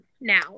now